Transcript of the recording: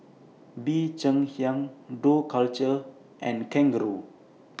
Bee Cheng Hiang Dough Culture and Kangaroo